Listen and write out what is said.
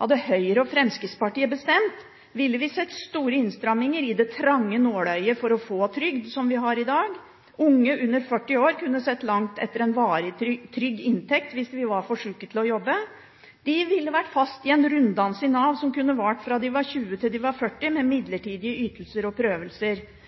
Hadde Høyre og Fremskrittspartiet bestemt, ville vi sett store innstramminger av det trange nåløyet for å få trygd som vi har i dag. Unge under 40 år kunne ha sett langt etter en varig, trygg inntekt hvis de var for syke til å jobbe. De ville vært fast i en runddans i Nav som kunne vart fra de var 20, til de var 40, med midlertidige ytelser og prøvelser.